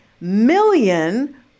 million